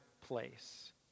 place